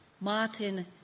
Martin